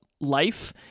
life